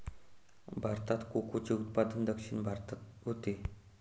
भारतात कोकोचे उत्पादन दक्षिण भारतात होते